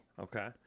Okay